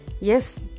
Yes